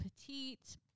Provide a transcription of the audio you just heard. petite